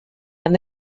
and